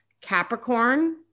Capricorn